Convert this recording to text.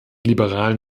liberalen